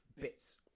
Bits